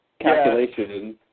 calculation